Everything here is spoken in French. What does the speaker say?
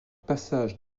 passage